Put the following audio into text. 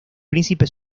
príncipe